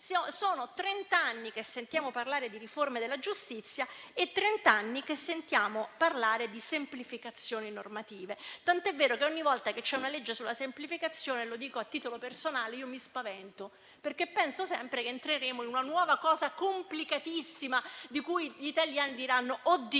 Sono trent'anni che sentiamo parlare di riforme della giustizia e trent'anni che sentiamo parlare di semplificazioni normative, tant'è vero che, ogni volta che c'è una legge sulla semplificazione, lo dico a titolo personale, mi spavento, perché penso sempre che entreremo in una nuova fase complicatissima, di cui gli italiani diranno che